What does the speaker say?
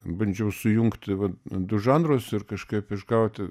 bandžiau sujungti vat du žanrus ir kažkaip išgauti